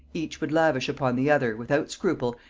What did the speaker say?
each would lavish upon the other, without scruple,